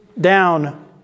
down